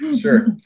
sure